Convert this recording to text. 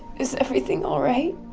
is everything all right?